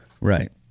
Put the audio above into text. right